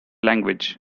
language